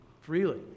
freely